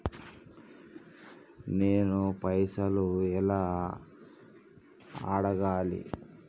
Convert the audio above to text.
నేను పైసలు ఎలా అడగాలి?